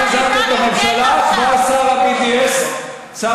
רק פיטרתם את הממשלה, כבר שר ה-BDS נכנע.